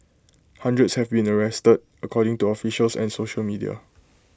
hundreds have been arrested according to officials and social media